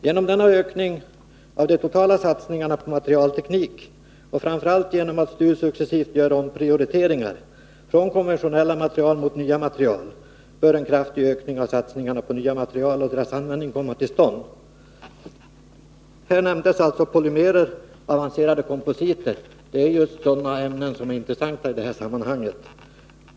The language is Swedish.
Genom denna ökning av de totala satsningarna på materialteknik och framför allt genom att STU successivt gör omprioriteringar från konventionella material mot nya material bör en kraftig ökning av satsningarna på nya material och deras användning komma till stånd.” Just ämnen som polymerer och avancerade kompositer är intressanta i detta sammanhang.